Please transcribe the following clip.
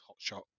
hotshot